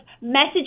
message